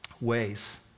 ways